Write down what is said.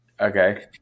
Okay